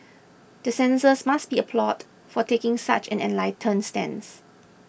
the censors must be applauded for taking such an enlightened stance